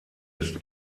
ist